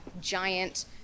giant